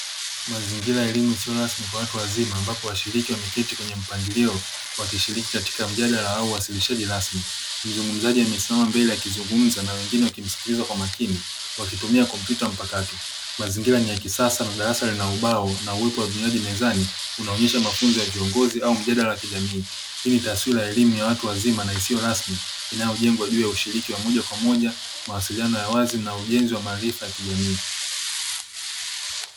Mazingira ya elimu kwa watu wazima ambapo washiriki wameketi kwa mpangilio wakishiriki katika mjadala wa uwasilishaji rasmi. Mzungumzaji amesimama mbele akizungumza na wengine wakimsikiliza kwa makini wakitumia kompyuta mpakato. Mazingira ni ya kisasa na darasa lina ubao na uwepo wa vinywaji mezani unaonyesha mafunzo ya kiuongozi au mjadala wa kijamii. Hii ni taswira ya elimu ya watu wazima na isiyo rasmi; inayojengwa juu ya ushiriki wa moja kwa moja, mawasiliano ya wazi na ujenzi wa maarifa ya kijamii.